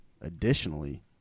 additionally